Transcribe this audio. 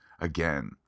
Again